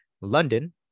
london